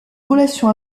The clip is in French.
relation